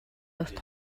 урт